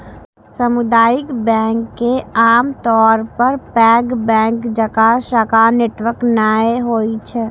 सामुदायिक बैंक के आमतौर पर पैघ बैंक जकां शाखा नेटवर्क नै होइ छै